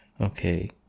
okay